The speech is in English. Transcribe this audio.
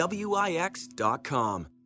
Wix.com